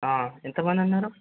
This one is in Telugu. ఎంతమంది ఉన్నారు